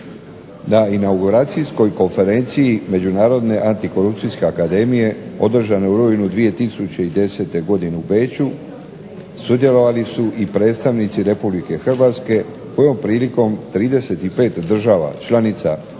Na inauguracijskoj konferenciji Međunarodne antikorupcijske akademije održane u rujnu 2010. godine u Beču sudjelovali su i predstavnici RH kojom prilikom 35 država članica UN-a